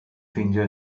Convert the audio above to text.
ffeindio